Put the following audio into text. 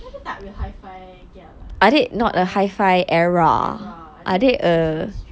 ada tak high five cannot lah era I think sesame street